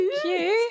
Cute